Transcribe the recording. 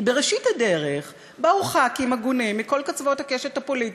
כי בראשית הדרך באו חברי כנסת הגונים מכל קצוות הקשת הפוליטית,